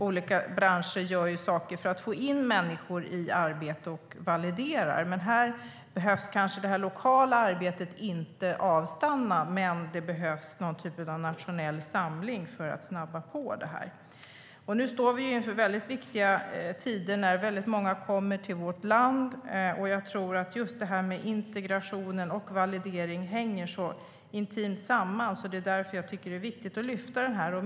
Olika branscher gör saker för att få in människor i arbete, och de validerar. Här behöver det lokala arbetet kanske inte avstanna, men det behövs någon typ av nationell samling för att snabba på det. Nu står vi inför viktiga tider när väldigt många kommer till vårt land. Jag tror att just detta med integration och validering hänger intimt samman, så det är därför jag tycker att det är viktigt att lyfta upp det här.